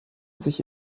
sich